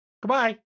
Goodbye